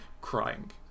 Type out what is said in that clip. crying